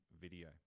video